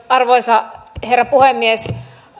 arvoisa herra puhemies